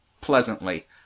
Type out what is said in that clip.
pleasantly